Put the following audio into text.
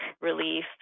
relief